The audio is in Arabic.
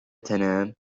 تنام